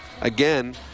again